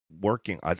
working